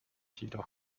jedoch